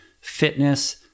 fitness